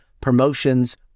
promotions